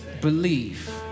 believe